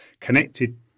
connected